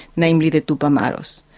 namely the tupamaros,